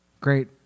Great